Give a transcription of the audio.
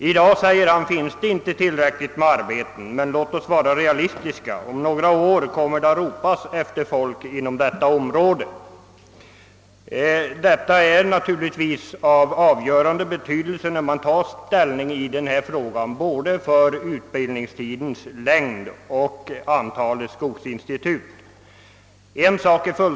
I dag finns det inte tillräckligt med arbetsuppgifter för dem, sade Bertil Olsson vidare, men vi skall vara realistiska. Om några år kommer man att ropa efter folk för arbetsuppgifter på detta område. När man skall ta ställning i denna fråga är naturligtvis utbildningstidens längd och antalet skogsinstitut av helt avgörande betydelse.